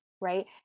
right